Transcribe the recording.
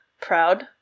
Proud